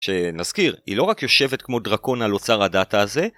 שנזכיר, היא לא רק יושבת כמו דרקון על אוצר הדאטה הזה